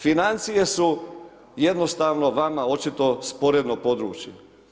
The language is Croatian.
Financije su jednostavno vama očito sporedno područje.